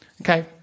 Okay